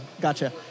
gotcha